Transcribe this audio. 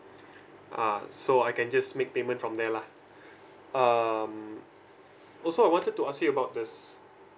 ah so I can just make payment from there lah um also I wanted to ask you about this